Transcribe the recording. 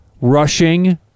rushing